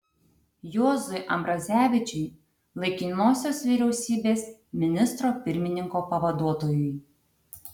juozui ambrazevičiui laikinosios vyriausybės ministro pirmininko pavaduotojui